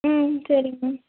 ம் சரிங்க மேம்